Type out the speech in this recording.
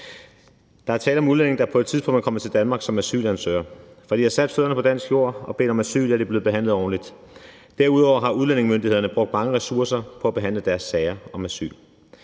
Der er tale om udlændinge, der på et tidspunkt er kommet til Danmark som asylansøgere. Fra de har sat fødderne på dansk jord og bedt om asyl, er de blevet behandlet ordentligt. Derudover har udlændingemyndighederne brugt mange ressourcer på at behandle deres sager om asyl.